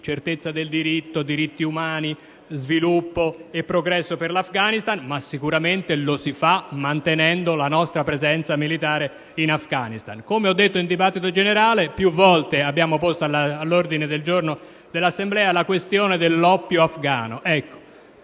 certezza del diritto, diritti umani, sviluppo e progresso per l'Afghanistan, ma sicuramente lo si fa mantenendo la nostra presenza militare in Afghanistan. Come ho detto durante la discussione generale, più volte abbiamo posto all'ordine del giorno dell'Assemblea la questione dell'oppio afgano. Si